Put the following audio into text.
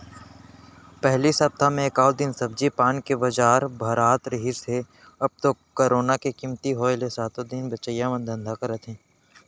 पहिली सप्ता म एकात दिन सब्जी पान के बजार भरात रिहिस हे अब तो करोना के कमती होय ले सातो दिन बेचइया मन धंधा करत हे